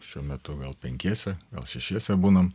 šiuo metu gal penkiese gal šešiese būnam